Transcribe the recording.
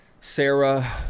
Sarah